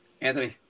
Anthony